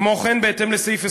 כמו כן, בהתאם לסעיף 25(א)